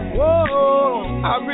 Whoa